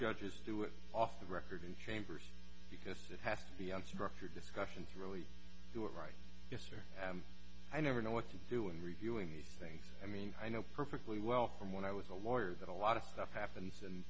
judges do it off the record in chambers because it has to be answer for discussion to really do it right yes or i never know what to do in reviewing these things i mean i know perfectly well from when i was a lawyer that a lot of stuff happens and